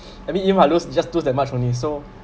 I mean if I lose just lose that much only so